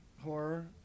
horror